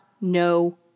no